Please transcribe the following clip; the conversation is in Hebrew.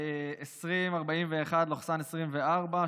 פ/2041/24,